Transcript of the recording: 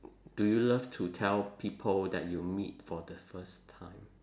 do you love to tell people that you meet for the first time